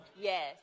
Yes